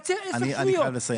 אני חייב לסיים.